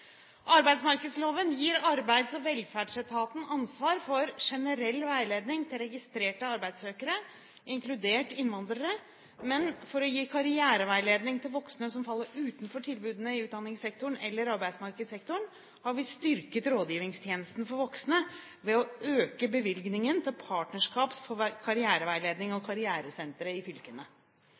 Arbeidsmarkedsloven gir Arbeids- og velferdsetaten ansvar for generell veiledning til registrerte arbeidssøkere, inkludert innvandrere, men for å gi karriereveiledning til voksne som faller utenfor tilbudene i utdanningssektoren eller arbeidsmarkedssektoren, har vi styrket rådgivningstjenesten for voksne ved å øke bevilgningen til partnerskap for karriereveiledning og karrieresentre i fylkene.